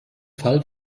fall